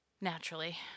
Naturally